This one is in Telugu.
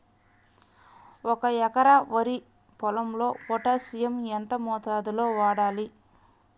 ఒక ఎకరా వరి పొలంలో పోటాషియం ఎంత మోతాదులో వాడాలి?